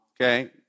okay